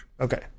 Okay